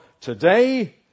today